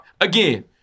Again